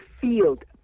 field